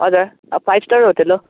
हजुर five star hotel हो